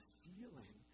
feeling